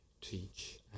teach